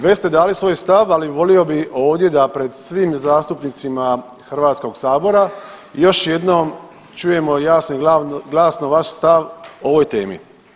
Već ste dali svoj stav, ali volio bih ovdje da pred svim zastupnicima Hrvatskog sabora još jednom čujemo jasno i glasno vaš stav o ovoj temi.